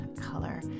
color